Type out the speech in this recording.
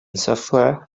software